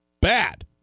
Bad